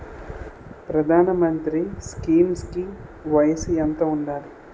ప్రధాన మంత్రి స్కీమ్స్ కి వయసు ఎంత ఉండాలి?